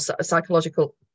psychological